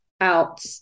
out